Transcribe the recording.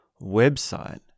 website